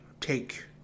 take